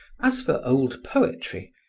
as for old poetry,